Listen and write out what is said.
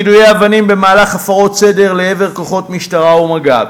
יידויי אבנים במהלך הפרות סדר לעבר כוחות משטרה ומג"ב,